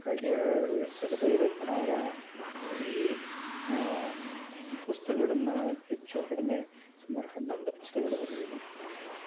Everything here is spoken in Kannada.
ಹಾಗಾಗಿ ಎಸ್ ಎಲ್ ಭೈರಪ್ಪನವರ ಇಡೀ ಪುಸ್ತಕಗಳನ್ನ ಹೆಚ್ಚು ಕಡಿಮೆ ಸುಮಾರು ಹನ್ನೊಂದು ಪುಸ್ತಕಗಳ್ ಓದಿದ್ದೀನಿ